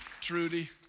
Trudy